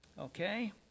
Okay